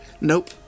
Nope